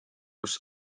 kus